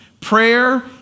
Prayer